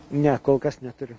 ne kol kas neturiu